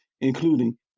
including